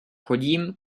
chodím